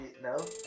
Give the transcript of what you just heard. no